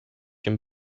him